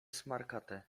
smarkate